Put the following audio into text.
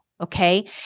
Okay